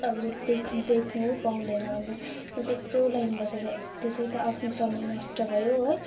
त अब देख् देख्नु पाउँदैन अब त्यत्रो लाइन बसेर त्यसै त आफ्नो समय नष्ट भयो है